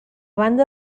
banda